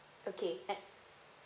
okay add